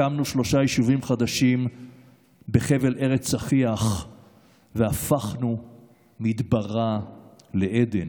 הקמנו שלושה יישובים חדשים בחבל ארץ צחיח והפכנו מדברה לעדן.